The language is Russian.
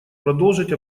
продолжить